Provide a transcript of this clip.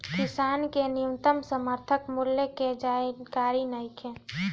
किसान के न्यूनतम समर्थन मूल्य के जानकारी नईखे